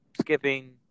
skipping